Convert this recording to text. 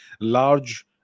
large